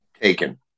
Taken